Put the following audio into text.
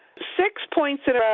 six points in